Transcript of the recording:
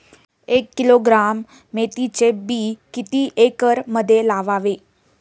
एक किलोग्रॅम मेथीचे बी किती एकरमध्ये लावावे?